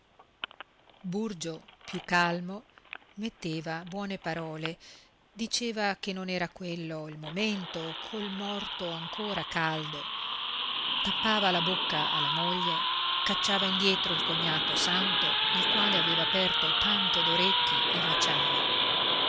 burgio più calmo metteva buone parole diceva che non era quello il momento col morto ancora caldo tappava la bocca alla moglie cacciava indietro il cognato santo il quale aveva aperto tanto